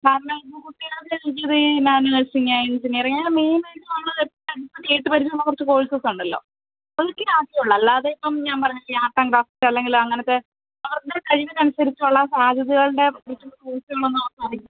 സാധാരണ ഇന്ന് കുട്ടികളെഴുതിയത് എഞ്ചിനിയറിങ്ങ് അങ്ങനെ മെയ്നായിട്ടു വന്നതെപ്പോഴും അവർക്കു കേട്ടുപരിചയമുള്ള കുറച്ചു കോഴ്സസുണ്ടല്ലോ അവർക്കെ അല്ലാതെയിപ്പോള് ഞാൻ പറഞ്ഞില്ലേ ആർട്ട് ആൻഡ് ക്രാഫ്റ്റ് അല്ലെങ്കിലങ്ങനത്തെ അവരുടെ കഴിവിനനുസരിച്ചുള്ള സാധ്യതകളുടെ കോഴ്സുകളൊന്നും അവൾക്കറിയില്ല